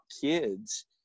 kids